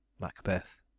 Macbeth